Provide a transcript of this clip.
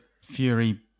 Fury